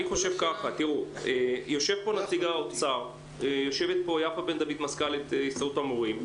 יושב פה נציג האוצר ויושבת פה יפה בן דוד מזכ"לית הסתדרות המורים.